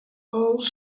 old